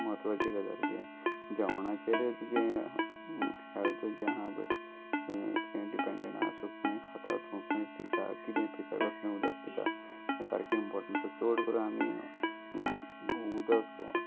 म्हत्वाची गजाल की जेवणाचेर तुजें हेल्थ जें आहा पय तें डिपेंडंट आह खंय खात तुं खंय पिता किदं पिता कसलें उदक पिता हें सारकें इम्पोर्टं चड करून आमी उदक